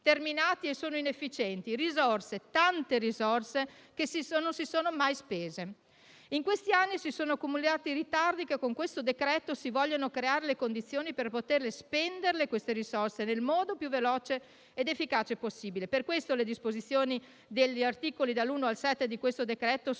che sono inefficienti. Tante risorse non si sono mai spese. In questi anni si sono accumulati ritardi e con questo decreto si vogliono creare le condizioni per poter spendere tali risorse nel modo più veloce ed efficace possibile. Per questo le disposizioni degli articoli dall'1 al 7 del decreto sono